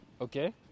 Okay